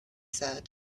said